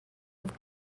have